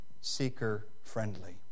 seeker-friendly